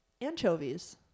anchovies